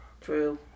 True